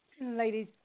Ladies